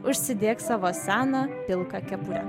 užsidėk savo seną pilką kepurę